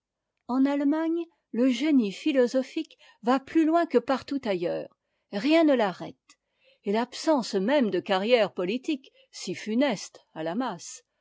en allemagne le génie philosophique va plus loin que partout ailleurs rien ne l'arrête et l'absence même de carrière politique si funeste à la masse